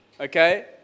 okay